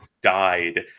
died